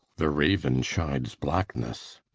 the raven chides blackness.